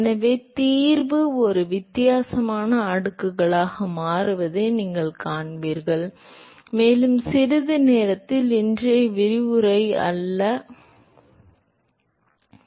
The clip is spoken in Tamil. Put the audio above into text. எனவே தீர்வு ஒரு வித்தியாசமான அடுக்குகளாக மாறுவதை நீங்கள் காண்பீர்கள் மேலும் சிறிது நேரத்தில் இன்றைய விரிவுரை அல்ல என்பதை நாங்கள் பார்ப்போம்